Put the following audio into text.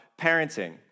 parenting